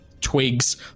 Twigs